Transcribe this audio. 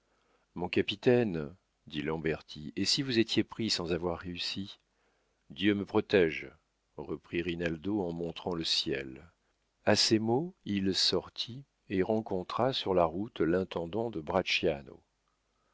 mon capitaine dit lamberti et si vous étiez pris sans avoir réussi dieu me protége reprit rinaldo en montrant le ciel a ces mots il sortit et rencontra sur la route l'intendant de